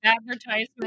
advertisement